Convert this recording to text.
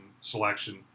selection